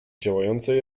działającej